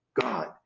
God